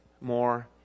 more